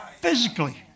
physically